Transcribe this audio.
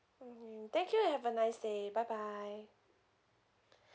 okay thank you and have a nice day bye bye